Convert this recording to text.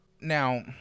now